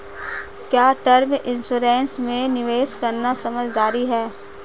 क्या term insurance में निवेश करना समझदारी है?